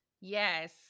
Yes